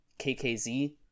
KKZ